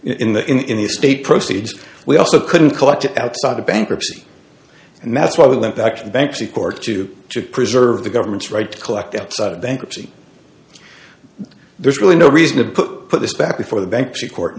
in the in the state proceeds we also couldn't collect it outside of bankruptcy and that's why we went back to the banks the court to to preserve the government's right to collect outside of bankruptcy there's really no reason to put this back before the banks in court